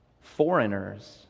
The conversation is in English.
foreigners